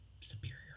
superior